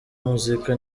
muzika